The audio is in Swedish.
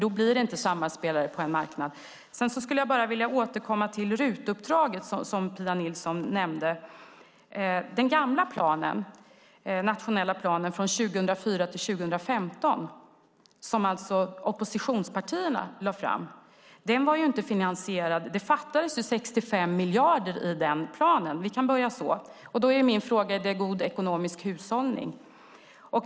Då blir det inte likvärdiga spelare på en marknad. Jag skulle vilja återkomma till det RUT-uppdrag som Pia Nilsson nämnde. Den gamla nationella planen för 2004-2015, som alltså nuvarande oppositionspartier lade fram, var inte finansierad. Det fattades 65 miljarder i den planen. Vi kan börja så. Då är min fråga: Är det god ekonomisk hushållning?